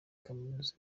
kaminuza